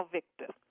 Victor